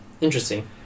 Interesting